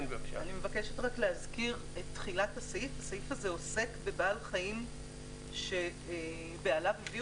אני מבקשת להזכיר שהסעיף הזה עוסק בבעל חיים שבעליו הביא